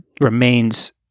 remains